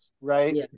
right